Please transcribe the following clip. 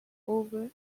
over